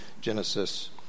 Genesis